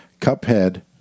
Cuphead